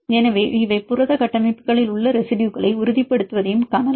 எனவே இவை புரத கட்டமைப்புகளில் உள்ள ரெசிடுயுகளை உறுதிப்படுத்துவதையும் காணலாம்